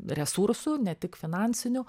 resursų ne tik finansinių